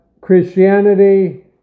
Christianity